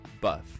buff